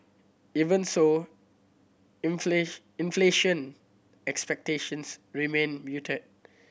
even so inflation expectations remain muted